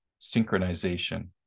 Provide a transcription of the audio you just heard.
synchronization